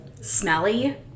Smelly